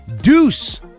Deuce